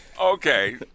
Okay